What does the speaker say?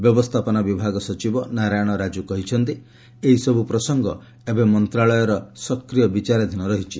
ବ୍ୟବସ୍ଥାପନା ବିଭାଗ ସଚିବ ନାରାୟଣ ରାଜୁ କହିଛନ୍ତି ଏହି ସବୁ ପ୍ରସଙ୍ଗ ଏବେ ମନ୍ତ୍ରଣାଳୟର ସକ୍ରିୟ ବିଚାରାଧୀନ ରହିଛି